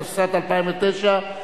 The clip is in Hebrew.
התשס"ט 2009,